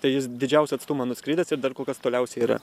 tai jis didžiausią atstumą nuskridęs ir dar kokios toliausiai yra